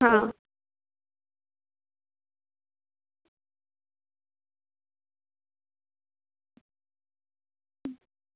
હા